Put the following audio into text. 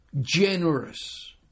generous